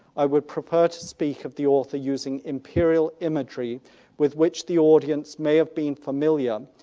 i would prefer to speak of the author using imperial imagery with which the audience may have been familiar.